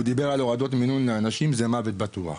הוא דיבר על הורדות מינון לאנשים זה מוות בטוח,